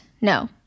No